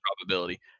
probability